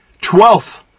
twelfth